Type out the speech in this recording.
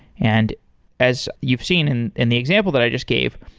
and as you've seen in and the example that i just gave,